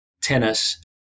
tennis